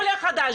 או עולה חדש,